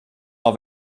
doch